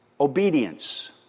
obedience